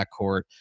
backcourt